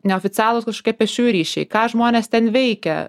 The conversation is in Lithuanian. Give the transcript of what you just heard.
neoficialūs kažkokie pėsčiųjų ryšiai ką žmonės ten veikia